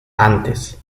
antes